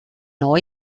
neu